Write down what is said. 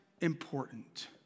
important